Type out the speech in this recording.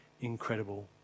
incredible